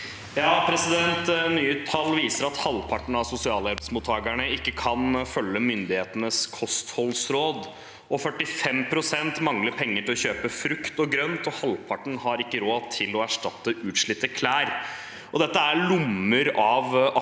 (R) «Nye tall vi- ser at halvparten av sosialhjelpsmottakerne ikke kan følge myndighetenes kostholdsråd. 45 pst. mangler penger til å kjøpe frukt og grønt, og halvparten har ikke råd til å erstatte utslitte klær. Dette er lommer av absolutt